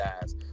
guys